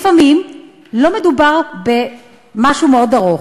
לפעמים לא מדובר במשהו מאוד ארוך.